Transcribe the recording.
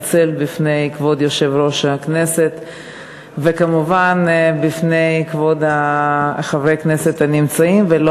אני רוצה להתנצל בפני היושב-ראש וכמובן בפני כבוד חברי הכנסת הנמצאים.